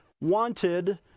wanted